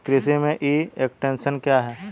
कृषि में e extension क्या है?